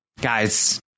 guys